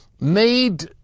made